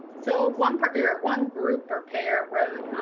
so one pair or one group or pair wrote,